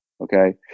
Okay